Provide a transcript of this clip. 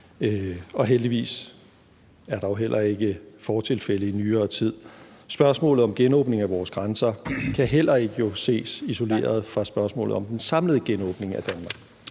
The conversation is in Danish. jo heldigvis heller ikke fortilfælde i nyere tid. Spørgsmålet om genåbningen af vores grænser kan jo heller ikke ses isoleret fra spørgsmålet om den samlede genåbning af Danmark.